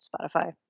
Spotify